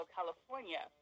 California